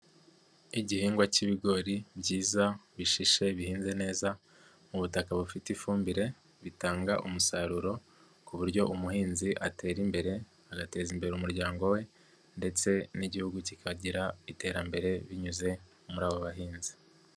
Igihingwa cy'ibigori byiza bishishe bihinze neza mu butaka bufite ifumbire, bitanga umusaruro ku buryo umuhinzi atera imbere, agateza imbere umuryango we ndetse n'Igihugu kikagira iterambere binyuze muri abo bahinzi.